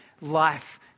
life